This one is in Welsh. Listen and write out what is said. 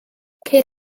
ceir